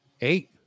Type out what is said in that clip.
Eight